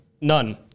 None